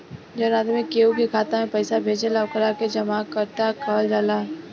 जवन आदमी केहू के खाता में पइसा भेजेला ओकरा के जमाकर्ता कहल जाला